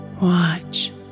Watch